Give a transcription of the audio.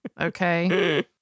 Okay